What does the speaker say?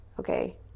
Okay